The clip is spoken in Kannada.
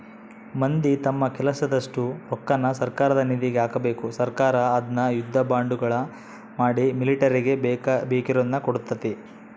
ಮಂದಿ ತಮ್ಮ ಕೈಲಾದಷ್ಟು ರೊಕ್ಕನ ಸರ್ಕಾರದ ನಿಧಿಗೆ ಹಾಕಬೇಕು ಸರ್ಕಾರ ಅದ್ನ ಯುದ್ಧ ಬಾಂಡುಗಳ ಮಾಡಿ ಮಿಲಿಟರಿಗೆ ಬೇಕಿರುದ್ನ ಕೊಡ್ತತೆ